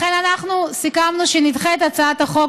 לכן אנחנו סיכמנו שנדחה את הצעת החוק,